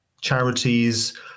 charities